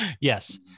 yes